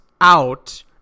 out